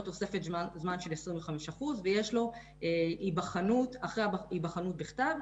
תוספת זמן של 25% ויש לו היבחנות בעל פה אחרי ההיבחנות בכתב.